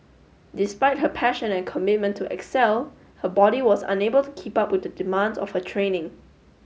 despite her passion and commitment to excel her body was unable to keep up with the demands of her training